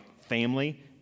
family